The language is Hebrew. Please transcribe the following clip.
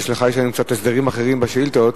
יש לנו הסדרים קצת אחרים בשאילתות.